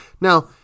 Now